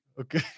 Okay